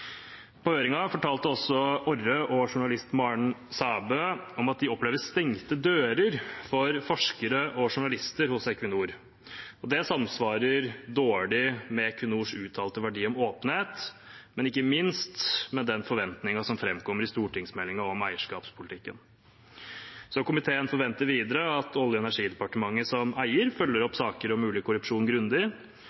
fortalte også Orre og journalist Maren Sæbø om at de opplever stengte dører for forskere og journalister hos Equinor. Det samsvarer dårlig med Equinors uttalte verdi om åpenhet, men ikke minst med den forventningen som framkommer i stortingsmeldingen om eierskapspolitikken. Komiteen forventer videre at Olje- og energidepartementet som eier, følger